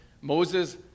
moses